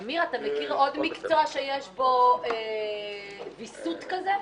אמיר, אתה מכיר עוד מקצוע שיש בו ויסות כזה?